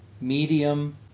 medium